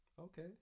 Okay